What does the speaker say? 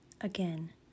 Again